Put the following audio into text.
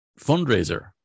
fundraiser